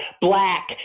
black